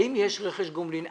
האם יש רכש גומלין?